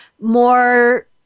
more